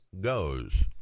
goes